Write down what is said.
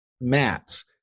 mats